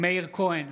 מאיר כהן,